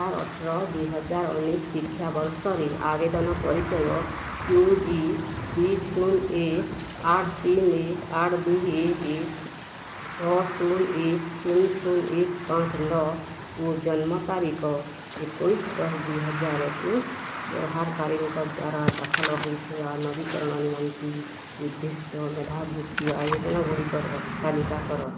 ଦୁଇ ହଜାର ଅଠର ଦୁଇ ହଜାର ଉଣେଇଶି ଶିକ୍ଷାବର୍ଷରେ ଆବେଦନ ପରିଚୟ କ୍ୟୁ ଜି ଦୁଇ ଶୂନ ଏକ ଆଠ ତିନ ଏକ ଆଠ ଦୁଇ ଏକ ଏକ ଛଅ ଶୂନ ଏକ ଶୂନ ଶୂନ ଏକ ପାଞ୍ଚ ନଅ ଓ ଜନ୍ମ ତାରିକ ଏକୋଇଶି ଦଶ ଦୁଇହଜାର ଏକୋଇଶି ବ୍ୟବହାରକାରୀଙ୍କ ଦ୍ଵାରା ଦାଖଲ ହେଇଥିବା ନବୀକରଣ ନିମନ୍ତେ ଉଦ୍ଦିଷ୍ଟ ମେଧାବୃତ୍ତି ଆବେଦନ ଗୁଡ଼ିକର ତାଲିକା କର